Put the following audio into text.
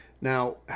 now